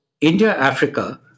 India-Africa